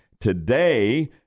today